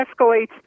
escalates